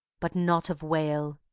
but not of wail,